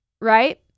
right